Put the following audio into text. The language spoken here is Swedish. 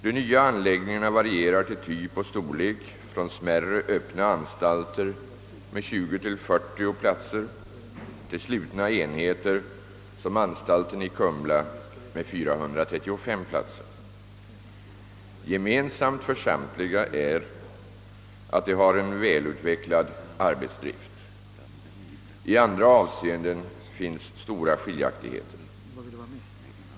De nya anläggningarna varierar till typ och storlek från smärre öppna anstalter med 20—40 platser till slutna enheter som anstalten i Kumla med 435 platser. Gemensamt för samtliga är att de har en välutvecklad arbetsdrift. I andra avseenden finns stora skiljaktigheter.